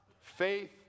faith